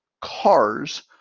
cars